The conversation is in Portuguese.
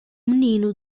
menino